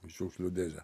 į šiukšlių dėžę